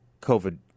COVID